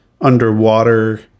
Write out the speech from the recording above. underwater